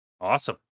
Awesome